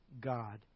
God